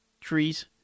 trees